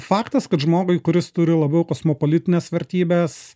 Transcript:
faktas kad žmogui kuris turi labiau kosmopolitines vertybes